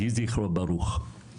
יהי זכרו ברוך.